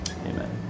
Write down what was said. Amen